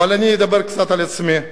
אבל אני אדבר קצת על עצמי.